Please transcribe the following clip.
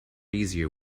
easier